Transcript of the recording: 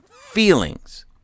feelings